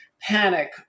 panic